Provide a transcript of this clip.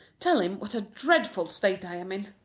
tell him what a dreadful state i am in.